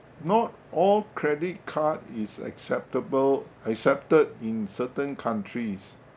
not all credit card is acceptable accepted in certain countries